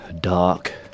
dark